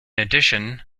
addition